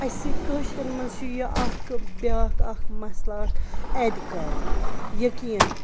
اَسہِ کٲشرٮ۪ن منٛز چھُ یہِ اَکھ بیٛاکھ اَکھ مسلہٕ اَکھ اعتقاد یقیٖن